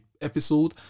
episode